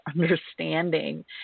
understanding